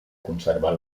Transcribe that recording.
conservar